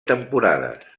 temporades